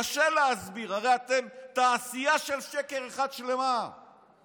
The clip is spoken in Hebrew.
קשה להסביר, הרי אתם תעשייה אחת שלמה של שקר.